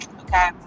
okay